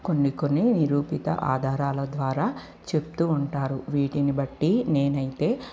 కొన్ని కొన్ని నిరూపిత ఆధారాల ద్వారా చెప్తూ ఉంటారు వీటిని బట్టి నేనైతే